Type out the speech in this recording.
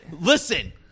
Listen